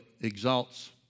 exalts